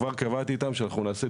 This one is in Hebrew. כבר קבעתי איתם שאנחנו נעשה,